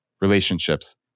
relationships